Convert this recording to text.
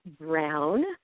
Brown